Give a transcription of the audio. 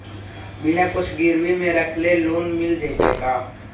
बिना कुछ गिरवी मे रखले लोन मिल जैतै का?